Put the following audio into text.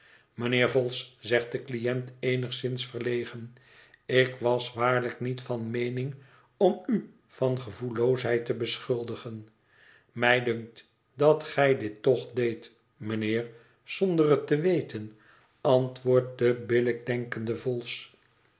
mijnheer vholes zegt de cliënt eenigszins verlegen ik was waarlijk niet van meening om u van gevoelloosheid te beschuldigen mij dunkt dat gij dit toch deedt mijnheer zonder het te weten antwoordt de billijk denkende vholes